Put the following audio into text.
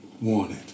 wanted